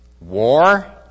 War